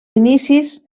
inicis